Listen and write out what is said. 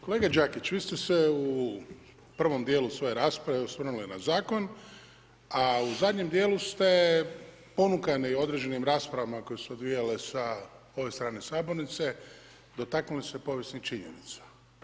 Kolega Đakić vi ste se u prvom dijelu svoje rasprave osvrnuli na zakon, a u zadnjem dijelu ste ponukani određenim raspravama koje su se odvijale sa ove strane sabornice dotaknuli se povijesnih činjenica.